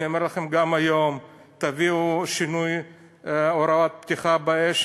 אני אומר לכם גם היום: תביאו שינוי הוראות פתיחה באש,